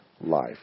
life